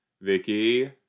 Vicky